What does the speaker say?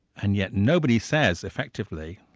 and yet nobody says effectively,